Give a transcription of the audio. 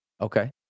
Okay